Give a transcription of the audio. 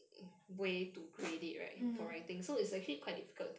mm